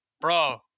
bro